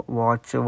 watch